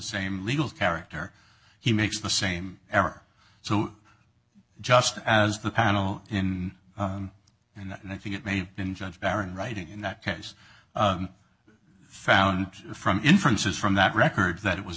same legal character he makes the same error so just as the panel in and i think it may have been judge baron writing in that case found from inferences from that record that it was